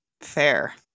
Fair